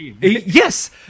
yes